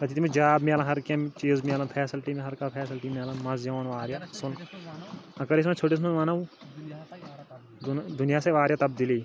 تَتہِ چھِ تٔمِس جاب میلان ہَر کیٚنٛہہ چیٖز میلان فیسَلٹی ہَر کانٛہہ فیسَلٹی میلان مَزٕ یِوان واریاہ اصٕل اَگر أسۍ وۄنۍ ژھوٚٹِس منٛز وَنو دُنیاہَس آیہِ واریاہ تَبدیٖلی